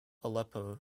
aleppo